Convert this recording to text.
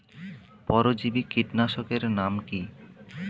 পরজীবী কীটনাশকের নাম কি?